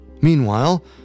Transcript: Meanwhile